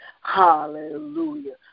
hallelujah